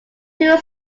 two